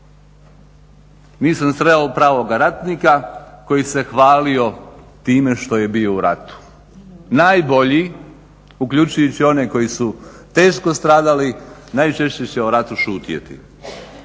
Nisam sreo pravoga ratnika koji se hvalio time što je bio u ratu. Najbolji, uključujući one koji su teško stradali, najčešće će o ratu šutjeti.